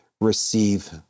receive